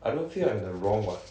I don't feel I'm in the wrong what